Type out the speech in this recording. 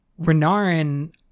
renarin